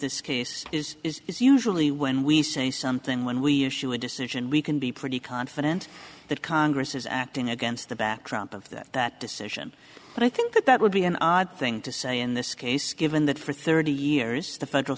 this case is is is usually when we say something when we issue a decision we can be pretty confident that congress is acting against the backdrop of that that decision but i think that that would be an odd thing to say in this case given that for thirty years the federal